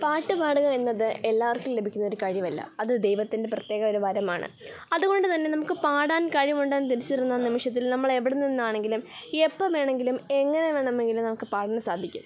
പാട്ടു പാടുക എന്നത് എല്ലാവർക്കും ലഭിക്കുന്ന ഒരു കഴിവല്ല അതു ദൈവത്തിൻ്റെ പ്രത്യേക ഒരു വരമാണ് അതുകൊണ്ടു തന്നെ നമുക്കു പാടാൻ കഴിവുണ്ടെന്നു തിരിച്ചറിയുന്ന നിമിഷത്തിൽ നമ്മളെവിടെ നിന്നാണെങ്കിലും എപ്പോൾ വേണമെങ്കിലും എങ്ങനെ വേണമെങ്കിലും നമുക്കു പാടാൻ സാധിക്കും